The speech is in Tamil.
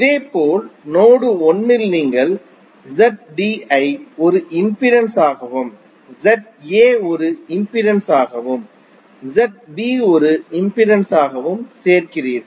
இதேபோல் நோடு 1 இல் நீங்கள் ZD ஐ ஒரு இம்பிடென்ஸ் ஆகவும் ZA ஒரு இம்பிடென்ஸ் ஆகவும் ZB ஒரு இம்பிடென்ஸ் ஆகவும் சேர்கிறீர்கள்